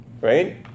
Right